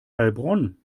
heilbronn